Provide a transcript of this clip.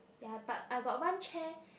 ya but I got one chair